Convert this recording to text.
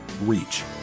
reach